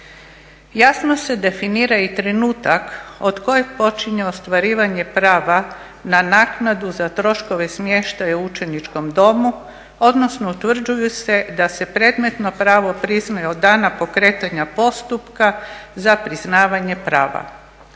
Jasno se definira i trenutak od kojeg počinje ostvarivanje prava na naknadu za troškove smještaja u učeničkom domu odnosno utvrđuje se da se predmetno pravo priznaje od dana pokretanja postupka za priznavanje prava.